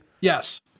Yes